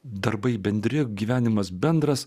darbai bendri gyvenimas bendras